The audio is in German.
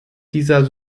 dieser